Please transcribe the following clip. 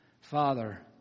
Father